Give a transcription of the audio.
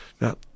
Now